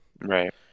right